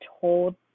told